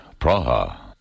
Praha